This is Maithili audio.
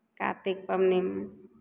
कातिक पावनिमे